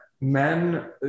men